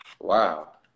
wow